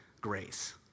grace